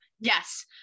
Yes